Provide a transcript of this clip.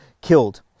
killed